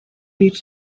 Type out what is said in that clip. needs